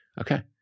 okay